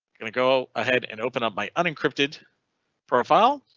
going to go ahead and open up my unencrypted profile.